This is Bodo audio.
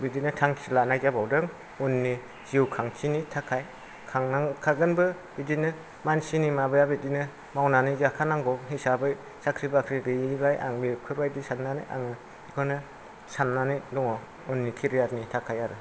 बिदिनो थांखि लानाय जाबावदों उननि जिउखांथिनि थाखाय खांनांखागोबोन बिदिनो मानसिनि माबाया बिदिनो मावनानै जाखानांगौ हिसाबै साख्रि बाख्रि गैयिलाय आं बेफोरबायदि साननानै बेखौनो साननानै दङ उननि केरियारनि थाखाय आरो